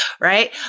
right